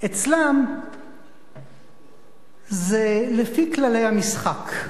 אצלם זה לפי כללי המשחק,